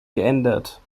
geändert